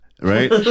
right